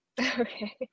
Okay